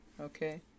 okay